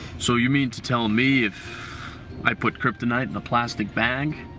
so you mean to tell me if i put kryptonite in a plastic bag